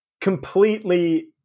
completely